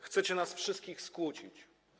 Chcecie nas wszystkich skłócić.